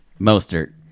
Mostert